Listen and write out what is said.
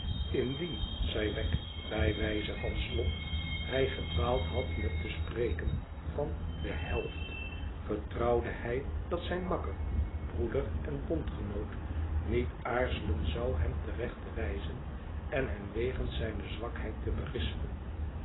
indien zei wegg bij wijze van slot hij gedwaald had met te spreken van de helft vertrouwde hij dat zijn makker broeder en bondgenoot niet aarzelen zou hem te recht te wijzen en hem wegens zijne zwakheid te berispen